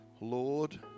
Lord